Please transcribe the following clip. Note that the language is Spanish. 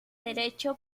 derecho